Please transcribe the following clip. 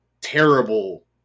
terrible